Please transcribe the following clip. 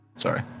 Sorry